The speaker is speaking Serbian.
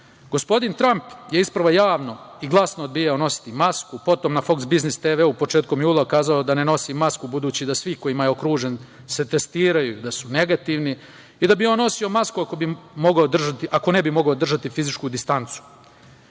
Gospodin Tramp je isprva javno i glasno odbijao nositi masku, potom na Foks biznis TV početkom jula kazao da ne nosi masku, budući da se svi kojima je okružen testiraju, da su negativni, i da bi on nosio masku ako ne bi mogao držati fizičku distancu,